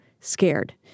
scared